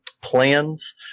plans